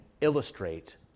illustrate